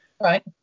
right